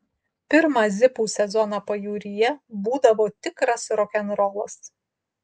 pirmą zipų sezoną pajūryje būdavo tikras rokenrolas